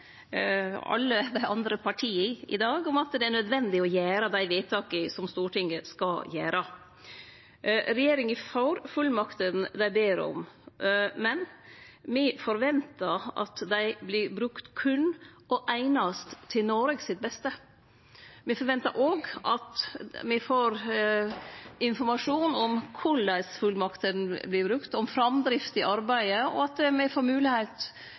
alle dei andre partia i dag om at det er nødvendig å gjere dei vedtaka som Stortinget skal gjere. Regjeringa får fullmaktene dei ber om, men me forventar at dei vert brukte berre – og er eigna – til Noregs beste. Me forventar òg at me får informasjon om korleis fullmaktene vert brukte, om framdrifta i arbeidet, og at me får